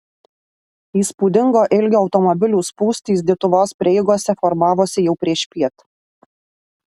įspūdingo ilgio automobilių spūstys dituvos prieigose formavosi jau priešpiet